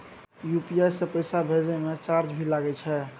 UPI से पैसा भेजै म चार्ज भी लागे छै?